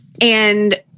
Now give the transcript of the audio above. And-